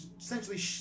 essentially